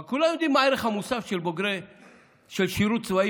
אבל כולם יודעים מה הערך המוסף של בוגרי שירות צבאי